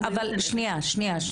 אבל שנייה.